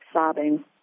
sobbing